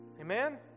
Amen